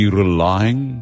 relying